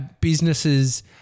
businesses